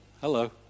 Hello